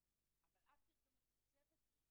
אבל אז צריך גם לתקצב את זה,